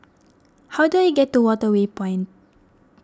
how do I get to Waterway Point